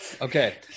Okay